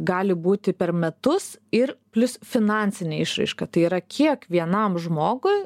gali būti per metus ir plius finansinė išraiška tai yra kiek vienam žmogui